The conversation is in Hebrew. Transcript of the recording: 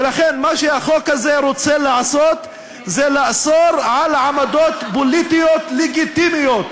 ולכן מה שהחוק הזה רוצה לעשות זה לאסור על עמדות פוליטיות לגיטימיות.